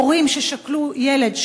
הורים ששכלו ילד,